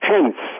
Hence